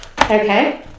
Okay